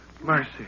Mercy